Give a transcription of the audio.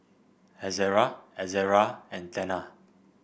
Ezerra Ezerra and Tena